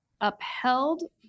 upheld